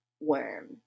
worm